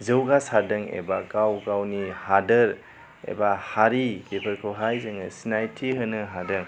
जौगासारदों एबा गाव गावनि हादोर एबा हारि बेफोरखौहाय जोङो सिनायथि होनो हादों